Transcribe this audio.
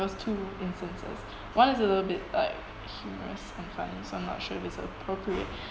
there was two instances one is a little bit like humourous and funny so I'm not sure if it's appropriate